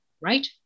right